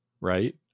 right